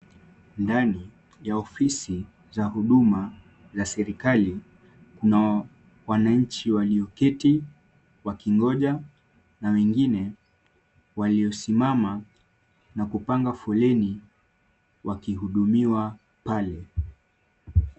Ndani ya ofisi za huduma za serikali, kuna wananchi walioketi wakingoja na wengine waliosimama na kupanga foleni wakihudumiwa pale.